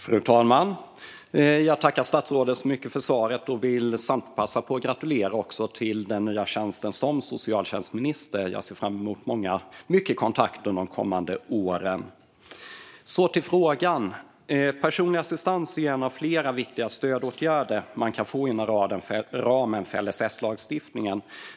Fru talman! Jag tackar statsrådet så mycket för svaret och vill samtidigt passa på att gratulera till den nya tjänsten som socialtjänstminister. Jag ser fram emot mycket kontakt under de kommande åren. Så till frågan. Personlig assistans är en av flera viktiga stödåtgärder man kan få inom ramen för LSS-lagstiftningen.